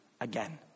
again